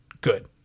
good